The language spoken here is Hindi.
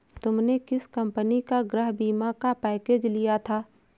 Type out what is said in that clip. तुमने किस कंपनी का गृह बीमा का पैकेज लिया था?